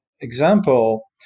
example